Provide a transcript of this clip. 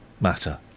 matter